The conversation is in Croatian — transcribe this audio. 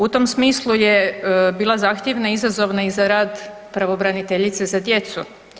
U tom smislu je bila zahtjevna i izazovna i za rad pravobraniteljice za djecu.